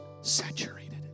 saturated